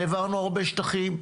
העברנו הרבה שטחים,